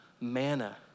manna